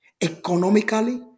economically